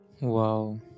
Wow